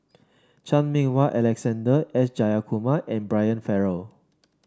Chan Meng Wah Alexander S Jayakumar and Brian Farrell